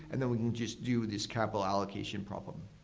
and then we'll just do this capital allocation problem.